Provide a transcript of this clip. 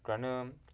kerana